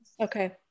Okay